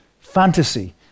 fantasy